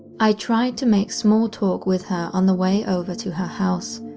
i tried to make small talk with her on the way over to her house,